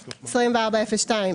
24.02,